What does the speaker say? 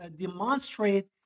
demonstrate